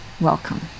welcome